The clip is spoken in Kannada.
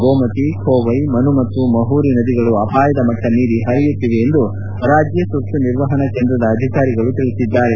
ಗೋಮತಿ ಚೋವ್ಯೆ ಮನು ಮತ್ತು ಮಹುರಿ ನದಿಗಳು ಅಪಾಯದ ಮಟ್ಟ ಮೀರಿ ಹರಿಯುತ್ತಿವೆ ಎಂದು ರಾಜ್ಜ ತುರ್ತು ನಿರ್ವಹಣಾ ಕೇಂದ್ರದ ಅಧಿಕಾರಿಗಳು ತಿಳಿಸಿದ್ದಾರೆ